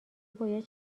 باید